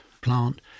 plant